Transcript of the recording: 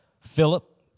Philip